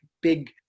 big